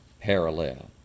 parallel